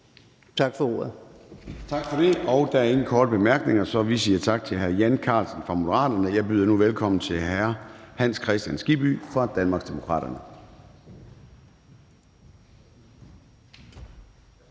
Tak for ordet.